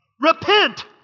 Repent